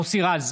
נגד מוסי רז,